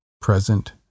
present